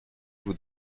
vous